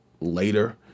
later